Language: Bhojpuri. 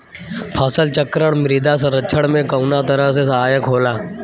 फसल चक्रण मृदा संरक्षण में कउना तरह से सहायक होला?